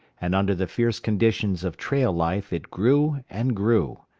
and under the fierce conditions of trail life it grew and grew.